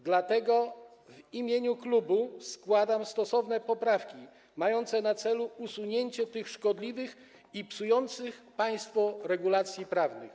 Dlatego w imieniu klubu składam stosowne poprawki mające na celu usunięcie tych szkodliwych i psujących państwo regulacji prawnych.